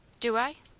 do i?